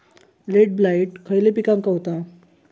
Late blight खयले पिकांका होता?